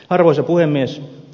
arvoisa puhemies